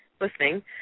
listening